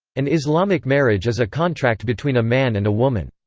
an islamic marriage is a contract between a man and a woman.